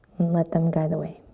let them guide the way.